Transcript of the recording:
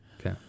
Okay